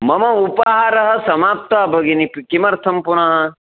मम उपाहारः समाप्तः भगिनी किमर्थं पुनः